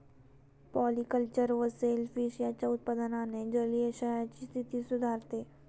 polyculture व shellfish यांच्या उत्पादनाने जलाशयांची स्थिती सुधारते